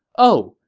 oh,